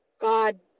God